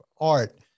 art